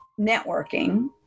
Networking